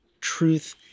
truth